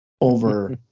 Over